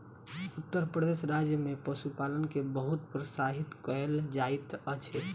उत्तर प्रदेश राज्य में पशुपालन के बहुत प्रोत्साहित कयल जाइत अछि